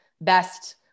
best